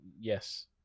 Yes